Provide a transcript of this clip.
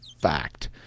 fact